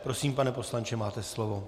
Prosím, pane poslanče, máte slovo.